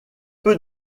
peu